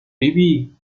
فیبی